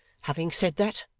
having said that,